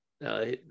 now